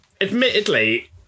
admittedly